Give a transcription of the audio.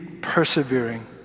persevering